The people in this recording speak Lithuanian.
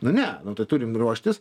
nu ne nu tai turim ruoštis